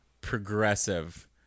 progressive